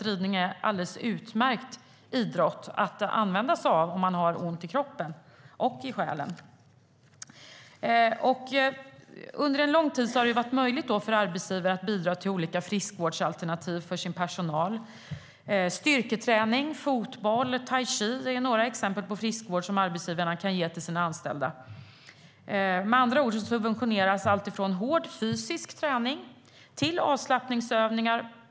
Ridning är en alldeles utmärkt idrott om man har ont i kroppen och i själen. Med andra ord subventioneras med dagens regelverk alltifrån hård fysisk träning till avslappningsövningar.